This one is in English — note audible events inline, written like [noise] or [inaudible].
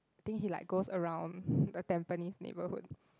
I think he like goes around [breath] the Tampines neighborhood